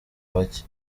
bake